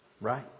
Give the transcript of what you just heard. right